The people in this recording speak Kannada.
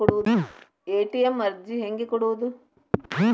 ಎ.ಟಿ.ಎಂ ಅರ್ಜಿ ಹೆಂಗೆ ಕೊಡುವುದು?